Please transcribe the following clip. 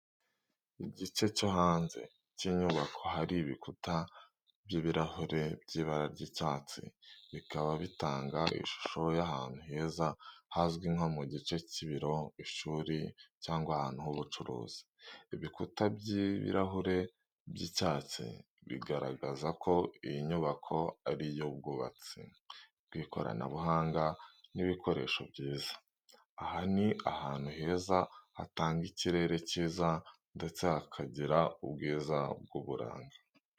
Igice cyo hanze cy'inyubako harimo ibikuta by'ibirahure by'ibara ry'icyatsi, bikaba bitanga ishusho y'ahantu heza, hazwi nko mu gice cy'ibiro, ishuri cyangwa ahantu h'ubucuruzi. Ibikuta by'ibirahure by'icyatsi bigaragaza ko iyi nyubako ari iy'ubwubatsi bw'ikoranabuhanga n'ibikoresho byiza. Aha ni ahantu heza hatanga ikirere cyiza ndetse hakagira ubwiza bw'uburanga.